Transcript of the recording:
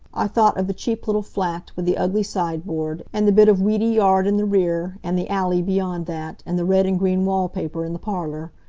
i thought of the cheap little flat, with the ugly sideboard, and the bit of weedy yard in the rear, and the alley beyond that, and the red and green wall paper in the parlor.